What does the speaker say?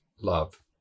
love